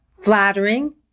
flattering